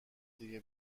دیگه